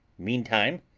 meantime,